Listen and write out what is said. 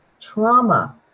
trauma